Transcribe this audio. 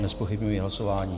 Nezpochybňuji hlasování.